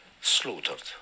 slaughtered